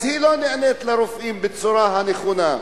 אז היא לא נענית לרופאים בצורה הנכונה.